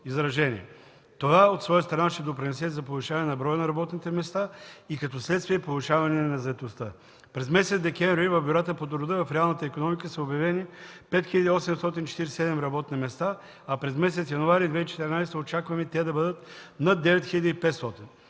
Това от своя страна ще допринесе за повишаване броя на работните места и като следствие – повишаване на заетостта. През месец декември в бюрата по труда в реалната икономика са обявени 5847 работни места, а през месец януари 2014 г. очакваме те да бъдат над 9500.